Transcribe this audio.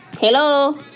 hello